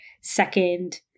second